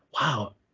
wow